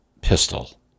pistol